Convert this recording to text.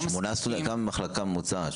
כמה סטודנטים יש במחלקה ממוצעת?